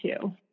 two